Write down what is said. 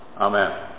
Amen